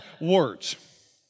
words